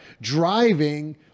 driving